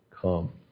come